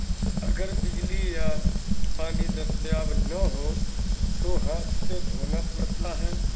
اگر بجلی یا پانی دستیاب نہ ہو تو ہاتھ سے دھونا پڑتا ہے